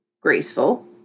graceful